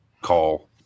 call